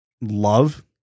love